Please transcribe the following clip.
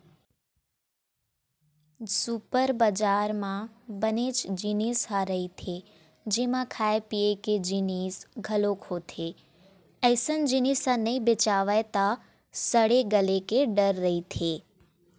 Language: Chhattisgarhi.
सुपर बजार म बनेच जिनिस ह रहिथे जेमा खाए पिए के जिनिस घलोक होथे, अइसन जिनिस ह नइ बेचावय त सड़े गले के डर रहिथे